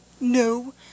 No